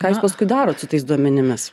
ką jūs paskui darot su tais duomenimis